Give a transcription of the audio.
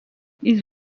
ils